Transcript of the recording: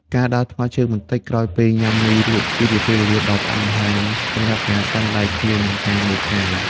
ការដើរថ្មើរជើងបន្តិចក្រោយពេលញ៉ាំមីរួច គឺជាពេលវេលាដ៏ផ្អែមល្ហែមសម្រាប់ការកាន់ដៃគ្នា និងមើលផ្កាយ។